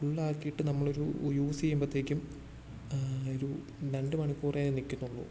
ഫുള്ളാക്കീട്ട് നമ്മൾ ഒരു യൂസ് ചെയ്യുമ്പത്തേക്കും ഒരു രണ്ട് മണിക്കൂറേ നിക്കുന്നുള്ളൂ